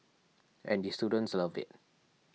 and the students love it